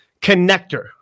connector